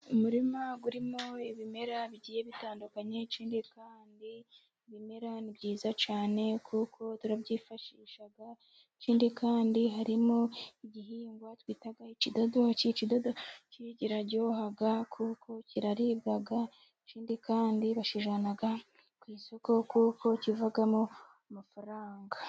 Umurima urimo ibimera bigiye bitandukanye, ikindi kandi ibimera ni byiza cyane kuko turabyifashisha. Ikindi kandi harimo igihingwa twita ikidodoki , ikidodoki kiraryoha kuko kiraribwa ikindi kandi bakijyana ku isoko, kuko kivamo amafaranga.